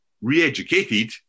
re-educated